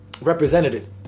Representative